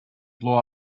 blow